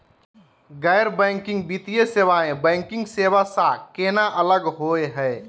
गैर बैंकिंग वित्तीय सेवाएं, बैंकिंग सेवा स केना अलग होई हे?